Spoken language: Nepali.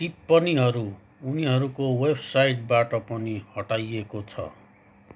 टिप्पणीनहरू उनीहरूको वेबसाइटबाट पनि हटाइएको छ